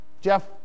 Jeff